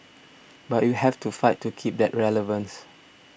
but you have to fight to keep that relevance